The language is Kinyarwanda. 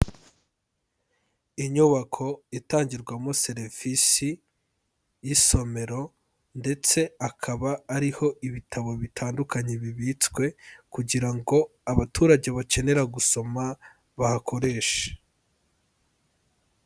Inyubako itangirwamo serivisi y'isomero ndetse akaba ariho ibitabo bitandukanye bibitswe kugira ngo abaturage bakenera gusoma bahakoreshe.